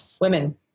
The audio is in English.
women